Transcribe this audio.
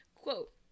quote